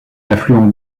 affluent